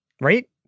Right